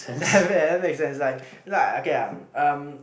that doesn't make sense like like okay ah um